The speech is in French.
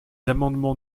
amendements